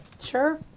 Sure